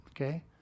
Okay